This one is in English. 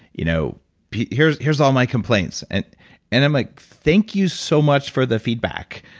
you know here's here's all my complaints. and and i'm like thank you so much for the feedback.